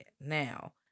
Now